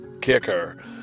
kicker